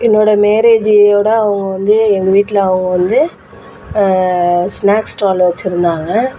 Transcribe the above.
என்னோடய மேரேஜிவோட அவங்க வந்து எங்கள் வீட்டில் அவங்க வந்து ஸ்நாக்ஸ் ஸ்டால் வெச்சுருந்தாங்க